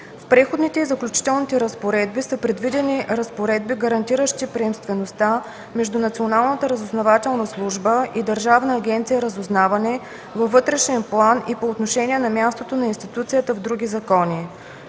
В Преходните и заключителните разпоредби са предвидени разпоредби, гарантиращи приемствеността между Националната разузнавателна служба и Държавна агенция „Разузнаване” във вътрешен план и по отношение на мястото на институцията в други закони.